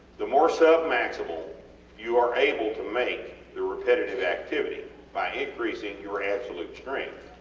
the more sub-maximal you are able to make the repetitive activity by increasing your absolute strength